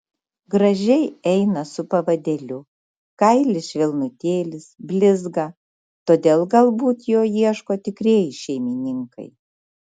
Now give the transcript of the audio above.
gražiai eina su pavadėliu kailis švelnutėlis blizga todėl galbūt jo ieško tikrieji šeimininkai